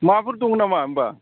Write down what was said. माबाफोर दं नामा होमबा